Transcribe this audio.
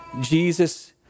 Jesus